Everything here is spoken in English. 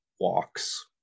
walks